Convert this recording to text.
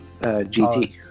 GT